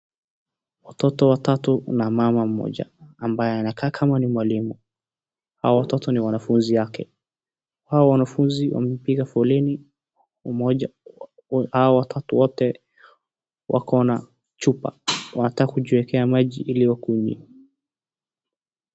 Watoto watatu na mama mmoja ambaye anakaa kama ni mwalimu. Hao watoto ni wanafunzi wake. Hao watoto wamepiga foleni pamoja. Hao watoto wote wakona chupa wanataka kujiwekea maji hili wakunywe.